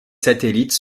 satellites